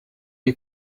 you